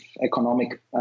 economic